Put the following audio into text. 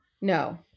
No